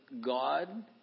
God